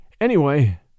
Anyway